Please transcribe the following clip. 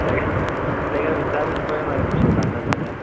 ताका ताका विचारून पळय मरे मातशें जाता जाल्यार